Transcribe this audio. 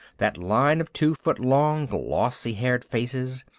that line of two-foot-long glossy-haired faces,